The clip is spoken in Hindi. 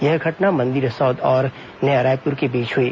यह घटना मंदिर हसौद और नया रायपुर के बीच हुई